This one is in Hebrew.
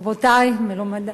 רבותי, מלומדי,